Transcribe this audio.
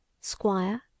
Squire